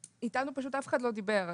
ואיתנו פשוט אף אחד לא דיבר,